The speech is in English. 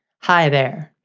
hi there,